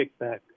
kickback